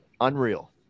unreal